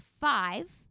five